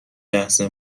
لحظه